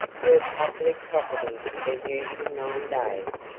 were public property for the usual nine days,